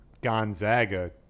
Gonzaga